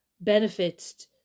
benefits